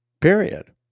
Period